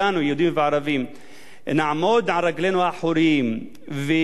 נעמוד על רגלינו האחוריות בצורה איתנה וחזקה